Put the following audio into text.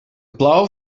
plou